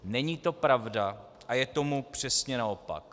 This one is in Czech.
Není to pravda a je tomu přesně naopak.